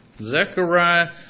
Zechariah